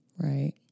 Right